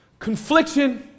confliction